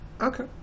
Okay